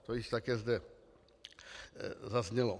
To již také zde zaznělo.